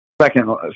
Second